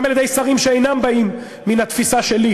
גם על-ידי שרים שאינם באים מן התפיסה שלי,